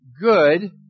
good